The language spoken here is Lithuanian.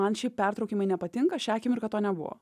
man šiaip pertraukimai nepatinka šią akimirką to nebuvo